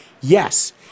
yes